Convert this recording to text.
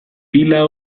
pila